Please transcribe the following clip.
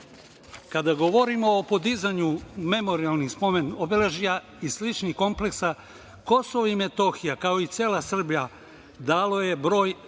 Srba. Kada govorimo o podizanju memorijalnih spomen obeležja i sličnih kompleksa, Kosovo i Metohija, kao i cela Srbija, dalo je brojne